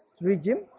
regime